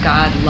God